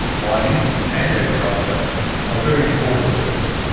mining and agriculture are very important to us.